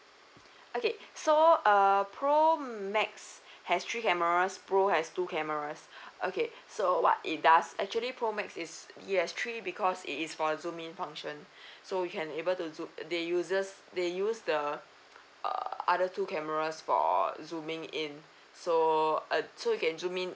okay so err pro max has three cameras pro has two cameras okay so what it does actually pro max is it has three because it is for zoom in function so you can able to zoom they uses they use the err other two cameras for zooming in so uh so you can zoom in